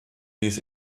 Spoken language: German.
dies